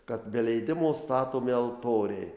kad be leidimo statomi altoriai